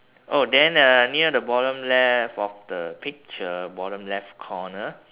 oh then uh near the bottom left of the picture bottom left corner